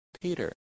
Peter